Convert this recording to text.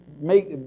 make